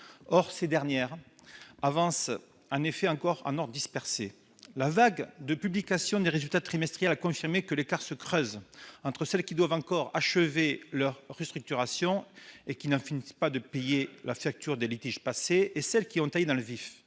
Ces dernières avancent encore en ordre dispersé. La vague de publications des résultats trimestriels a confirmé que l'écart se creusait entre celles qui doivent encore achever leur restructuration, qui n'en finissent pas de payer la facture des litiges passés, et celles qui ont taillé dans le vif.